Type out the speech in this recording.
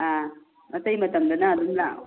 ꯑꯥ ꯑꯇꯩ ꯃꯇꯝꯗꯅ ꯅꯪ ꯑꯗꯨꯝ ꯂꯥꯛꯑꯣ